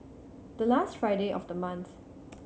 the last Friday of the month